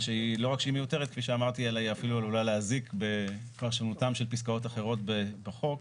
היא לא רק מיותרת אלא אפילו עלולה להזיק בפרשנותן של פסקאות אחרות בחוק,